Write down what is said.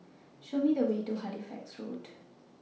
Show Me The Way to Halifax Road